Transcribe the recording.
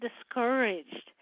discouraged